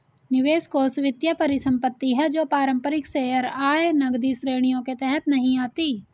निवेश कोष वित्तीय परिसंपत्ति है जो पारंपरिक शेयर, आय, नकदी श्रेणियों के तहत नहीं आती